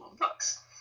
books